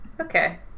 okay